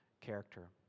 character